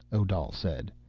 odal said.